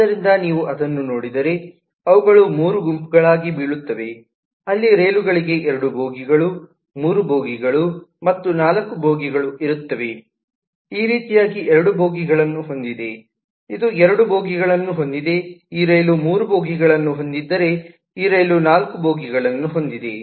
ಆದ್ದರಿಂದ ನೀವು ಅದನ್ನು ನೋಡಿದರೆ ಅವುಗಳು ಮೂರು ಗುಂಪುಗಳಾಗಿ ಬೀಳುತ್ತವೆ ಅಲ್ಲಿ ರೈಲುಗಳಿಗೆ ಎರಡು ಬೋಗಿಗಳು ಮೂರು ಬೋಗಿಗಳು ಮತ್ತು ನಾಲ್ಕು ಬೋಗಿಗಳು ಇರುತ್ತವೆ ಈ ರೀತಿಯಾಗಿ ಎರಡು ಬೋಗಿಗಳನ್ನು ಹೊಂದಿದೆ ಇದು ಎರಡು ಬೋಗಿಗಳನ್ನು ಹೊಂದಿದೆ ಈ ರೈಲು ಮೂರು ಬೋಗಿಗಳನ್ನು ಹೊಂದಿದ್ದರೆ ಈ ರೈಲು ನಾಲ್ಕು ಬೋಗಿಗಳನ್ನು ಹೊಂದಿದೆ